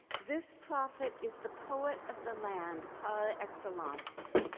this prophet is the poet of the land par excellence.